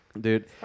Dude